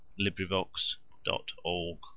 LibriVox.org